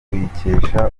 tuyikesha